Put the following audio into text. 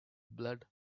blood